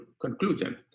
conclusion